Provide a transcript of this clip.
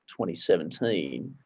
2017